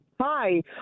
Hi